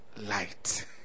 light